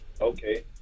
Okay